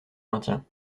maintien